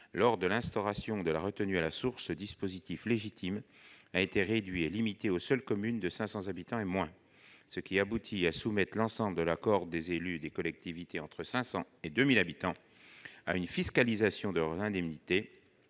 Lors de l'instauration de la retenue à la source, ce dispositif légitime a été réduit et limité aux seules communes de 500 habitants et moins, ce qui aboutit à soumettre l'ensemble de la cohorte des élus des collectivités entre 500 et 2 000 habitants à une fiscalisation de leur indemnité,